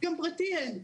גם פרטי אין,